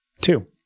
Two